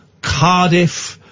Cardiff